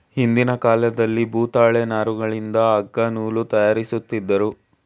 ಹಿಂದಿನ ಕಾಲದಲ್ಲಿ ಭೂತಾಳೆ ನಾರುಗಳಿಂದ ಅಗ್ಗ ನೂಲು ತಯಾರಿಸುತ್ತಿದ್ದರು